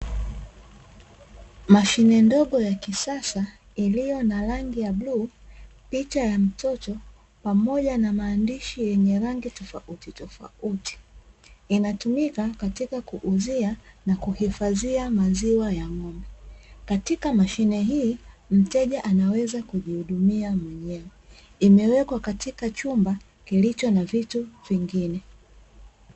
Mashine ndogo ya kisasa iliyo na rangi ya bluu, picha ya mtoto, pamoja na maandishi yenye rangi tofautitofauti, inatumika katika kuuzia na kuhifadhia maziwa ya ng'ombe. Katika mashine hii, mteja anaweza kujihudumia mwenyewe. Imewekwa katika chumba kilicho na vitu vingine.